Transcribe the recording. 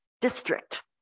district